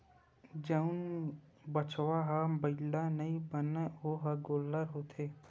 जउन बछवा ह बइला नइ बनय ओ ह गोल्लर होथे